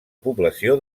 població